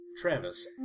Travis